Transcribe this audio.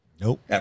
Nope